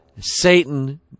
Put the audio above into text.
satan